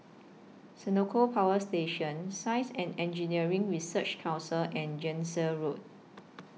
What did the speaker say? Senoko Power Station Science and Engineering Research Council and Jansen Road